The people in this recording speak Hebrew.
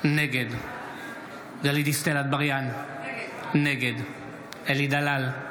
נגד גלית דיסטל אטבריאן, נגד אלי דלל,